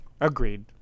Agreed